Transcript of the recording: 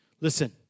Listen